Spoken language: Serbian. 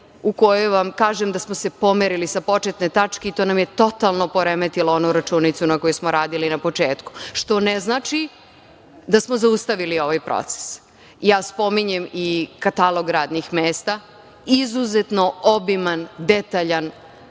u kojoj vam kažem da smo se pomerili sa početne tačke i to nam je totalno poremetilo onu računicu na kojoj smo radili na početku, što ne znači da smo zaustavili ovaj proces. Ja spominjem i katalog radnih mesta - izuzetno ozbiljan i detaljan